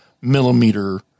millimeter